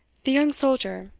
the young soldier,